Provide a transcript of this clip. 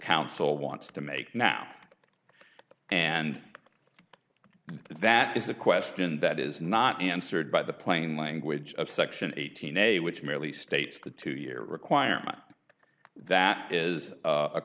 counsel wants to make now and that is a question that is not answered by the plain language of section eighteen a which merely states the two year requirement that is